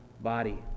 body